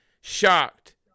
shocked